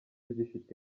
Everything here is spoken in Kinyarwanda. gifite